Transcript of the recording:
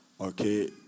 Okay